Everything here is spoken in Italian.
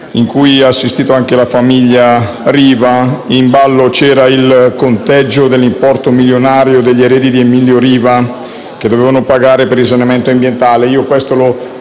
Grazie